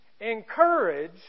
Encourage